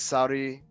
Saudi